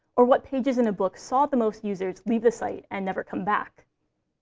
or what pages in a book saw the most users leave the site and never come back.